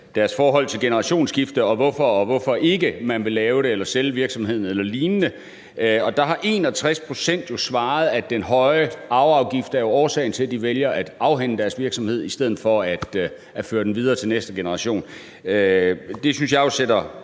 deres forhold til generationsskifte, og hvorfor man vil gøre det eller ikke gøre det, om man vil sælge virksomheden eller lignende, og der har 61 pct. jo svaret, at den høje arveafgift er årsagen til, at de vælger at afhænde deres virksomhed i stedet for at føre den videre til næste generation. Det synes jeg jo sætter